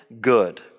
good